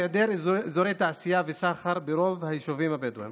היעדר אזורי תעשייה וסחר ברוב היישובים הבדואיים